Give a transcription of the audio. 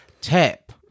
Tap